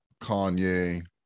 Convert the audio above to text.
kanye